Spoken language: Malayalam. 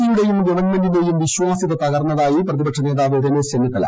സി യുടെയും ഗവൺമെന്റിന്റെയും വിശ്വാസ്യത തകർന്നതായി പ്രതിപക്ഷനേതാവ് രമേശ് ചെന്നിത്തല